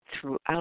throughout